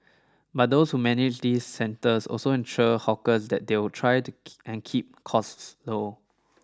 but those who manage these centres also assure hawkers that they'll try to and keep costs low